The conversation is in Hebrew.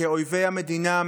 כאויבי המדינה,